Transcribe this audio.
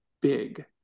big